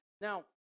Now